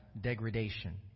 degradation